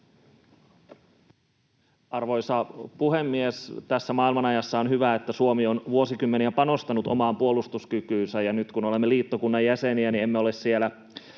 Arvoisa puhemies! Tässä maailmanajassa on hyvä, että Suomi on vuosikymmeniä panostanut omaan puolustuskykyynsä. Nyt kun olemme liittokunnan jäseniä, emme ole siellä